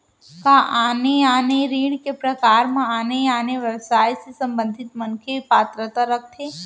का आने आने ऋण के प्रकार म आने आने व्यवसाय से संबंधित मनखे पात्रता रखथे?